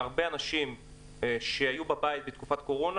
הרבה אנשים שהיו בבית בתקופת הקורונה,